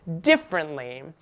differently